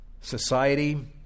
society